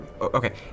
okay